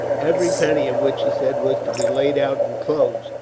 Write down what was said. every penny of which, he said, was to be laid out in clothes.